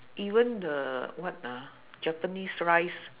even the what ah japanese rice